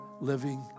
living